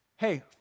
Hey